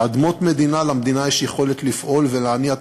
באדמות מדינה למדינה יש יכולת לפעול ולהניע תוכניות,